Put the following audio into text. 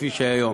כפי שהיו היום,